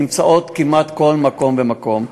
הן נמצאות כמעט בכל מקום ומקום.